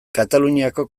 kataluniako